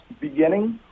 beginning